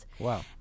Wow